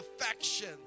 affection